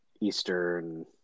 Eastern